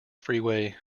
freeway